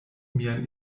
mian